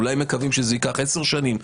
אולי מקווים שזה ייקח עשר שנים.